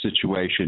situation